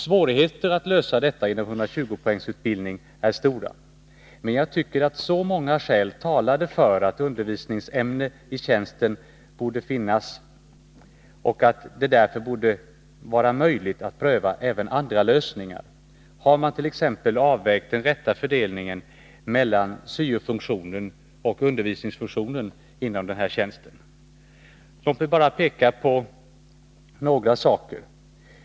Svårigheterna att lösa detta inom 120-poängsutbildningen är stora. Men jag tycker att så många skäl talar för undervisningsämne i tjänsten att det därför borde vara möjligt att pröva även andra lösningar. Har man t.ex. avvägt den rätta fördelningen mellan syo-funktionen och undervisningsfunktionen inom den här tjänsten? Låt mig bara peka på några saker.